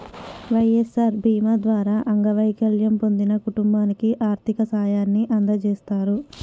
వై.ఎస్.ఆర్ బీమా ద్వారా అంగవైకల్యం పొందిన కుటుంబానికి ఆర్థిక సాయాన్ని అందజేస్తారు